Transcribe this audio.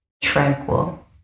tranquil